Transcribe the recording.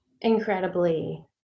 incredibly